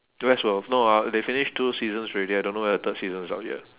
westworld no ah they finished two seasons already I don't know whether the third season's out yet